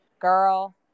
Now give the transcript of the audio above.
girl